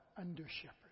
under-shepherd